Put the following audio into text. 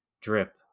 drip